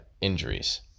injuries